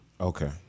Okay